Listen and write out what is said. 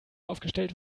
aufgestellt